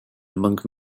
among